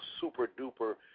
super-duper